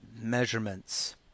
measurements